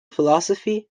philosophy